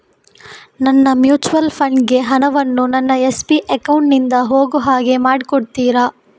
ನನ್ನ mutual fund ಗೆ ಹಣ ವನ್ನು ನನ್ನ ಎಸ್.ಬಿ ಅಕೌಂಟ್ ನಿಂದ ಹೋಗು ಹಾಗೆ ಮಾಡಿಕೊಡುತ್ತೀರಾ?